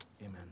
amen